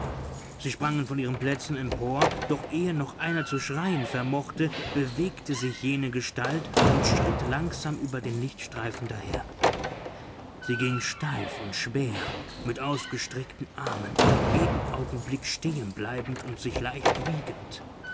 sie sprangen von ihren plätzen empor doch ehe noch einer zu schreien vermochte bewegte sich jene gestalt und schritt langsam über den lichtstreifen daher sie ging steif und schwer mit ausgestreckten armen jeden augenblick stehenbleibend und sich leicht wiegend